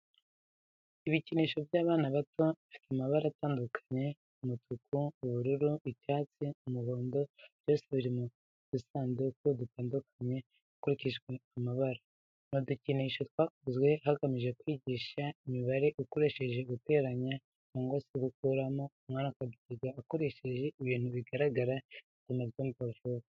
Ibikinisho by'abana bato bifite amabara atandukanye umutuku, ubururu, icyatsi n'umuhondo byose biri mu dusanduku dutandukanye hakurikije amabara. Ni udukinisho twakozwe hagamijwe kwigisha imibare ukoresheje guteranya cyangwa se gukuramo umwana akabyiga akoresheje ibintu bigaragara bituma abyumva neza.